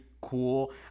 cool